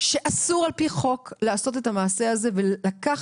שאסור על פי חוק לעשות את המעשה הזה ולקחת,